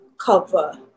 cover